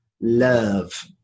love